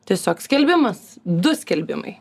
tiesiog skelbimas du skelbimai